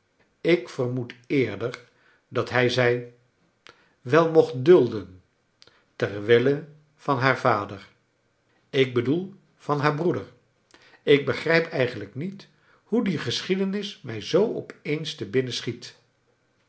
ik vermoed eerder dat hij zei wel mocht dulden ter wille van haar vader ik bedoel van haar broeder ik begrijp eigen ijk niet hoe die geschiedenis mij zoo op eens te binnen scbiet